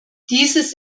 dieses